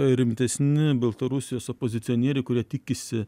rimtesni baltarusijos opozicionieriai kurie tikisi